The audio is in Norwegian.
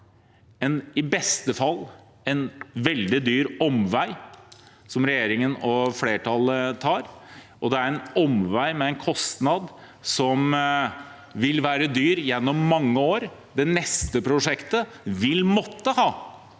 i beste fall veldig dyr omvei som regjeringen og flertallet tar, og det er en omvei med en kostnad som vil være høy gjennom mange år. Det neste prosjektet vil måtte ha